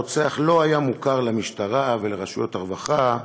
הרוצח לא היה מוכר למשטרה ולרשויות הרווחה.